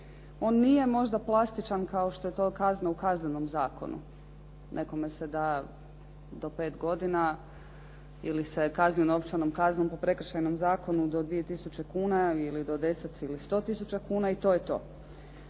On nije možda plastičan kao što je to kazna u Kaznenom zakonu. Nekome se da do pet godina ili se kazne novčanom kaznom po prekršajnom zakonu do 2 tisuće kuna ili do 10 ili 100 tisuća kuna i to je to.